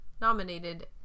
nominated